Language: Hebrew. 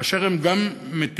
כאשר הם גם מתים